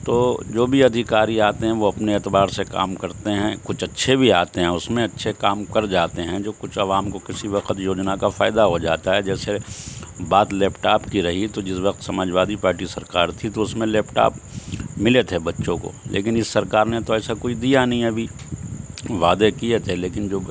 تو جو بھی ادھیکاری آتے ہیں وہ اپنے اعتبار سے کام کرتے ہیں کچھ اچھے بھی آتے ہیں اس میں اچھے کام کر جاتے ہیں جو کچھ عوام کو کسی وقت یوجنا کا فائدہ ہو جاتا ہے جیسے بات لیپ ٹاپ کی رہی تو جس وقت سماجوادی پارٹی کی سرکار تھی تو اس میں لیپ ٹاپ ملے تھے بچوں کو لیکن اس سرکار نے تو ایسا کچھ دیا نہیں ابھی وعدے کیے تھے لیکن جو